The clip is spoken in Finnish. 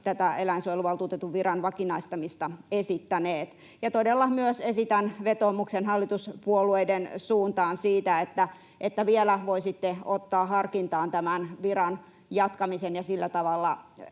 tätä eläinsuojeluvaltuutetun viran vakinaistamista esittäneet. Ja todella esitän myös vetoomuksen hallituspuolueiden suuntaan siitä, että vielä voisitte ottaa harkintaan tämän viran jatkamisen ja sillä tavalla